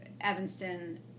Evanston